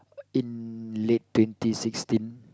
in late twenty sixteen